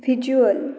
visual